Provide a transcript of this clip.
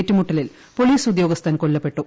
ഏറ്റുമുട്ടലിൽ പോലിസ് ഉദ്യോഗസ്ഥൻ കൊല്ലപ്പെട്ടു